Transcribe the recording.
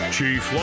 Chief